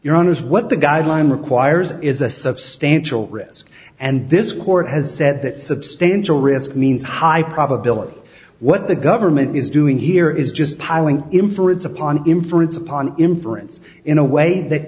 is what the guideline requires is a substantial risk and this court has said that substantial risk means high probability what the government is doing here is just piling inference upon inference upon inference in a way that